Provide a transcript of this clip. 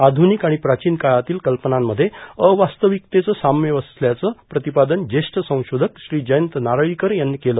आप्टुनिक आणि प्राचीन काळातील कल्पनांमध्ये अवास्तविकतेचं साम्य असल्याचं प्रतिपादन ज्येष्ठ संशोधक श्री जयंत नारळीकर यांनी केलं